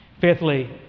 Fifthly